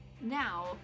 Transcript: Now